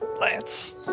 Lance